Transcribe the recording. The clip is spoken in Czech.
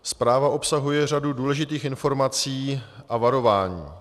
Zpráva obsahuje řadu důležitých informací a varování.